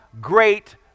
great